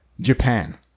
Japan